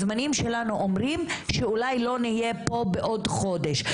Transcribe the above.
הזמנים שלנו אומרים שאולי לא נהיה פה בעוד חודש,